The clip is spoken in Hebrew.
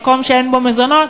במקום שאין בו מזונות,